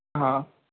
હા